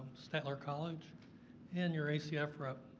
statler college and your acf rep.